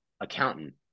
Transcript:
accountant